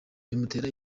bimutera